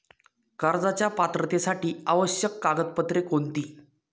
कर्जाच्या पात्रतेसाठी आवश्यक कागदपत्रे कोणती?